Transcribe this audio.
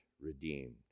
redeemed